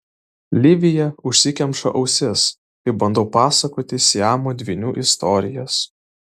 livija užsikemša ausis kai bandau pasakoti siamo dvynių istorijas